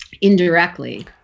indirectly